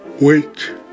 Wait